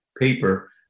paper